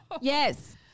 Yes